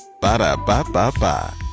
Ba-da-ba-ba-ba